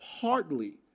partly